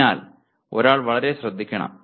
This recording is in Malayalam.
അതിനാൽ ഒരാൾ വളരെ ശ്രദ്ധിക്കണം